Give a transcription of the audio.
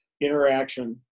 interaction